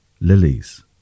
lilies